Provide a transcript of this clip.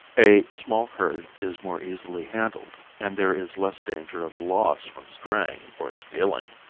a small herd is more easily handled, and there is less danger of loss from straying or stealing.